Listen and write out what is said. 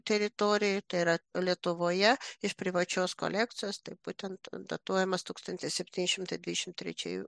teritorijoj tai yra lietuvoje iš privačios kolekcijos tai būtent datuojamas tūkstantis septyni šimtai dvidešimt trečiai